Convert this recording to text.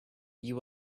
you